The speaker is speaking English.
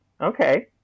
okay